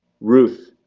Ruth